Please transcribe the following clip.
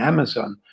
Amazon